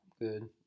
good